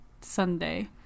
sunday